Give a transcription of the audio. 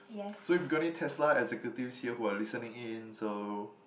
so you've got any Tesla executives here who are listening in so